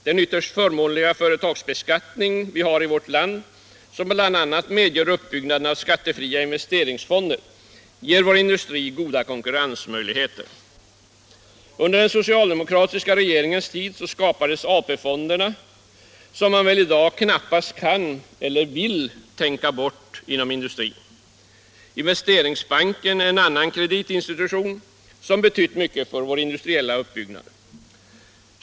Den ytterst förmånliga företagsbeskattningen i vårt land, som bl.a. medger uppbyggnaden av skattefria investeringsfonder, ger vår industri goda konkurrensmöjligheter. Under den socialdemokratiska regeringens tid skapades AP-fonderna, som man väl i dag knappast kan eller vill tänka bort inom industrin. Investeringsbanken är en annan kreditinstitution som betytt mycket för vår industriella uppbyggnad.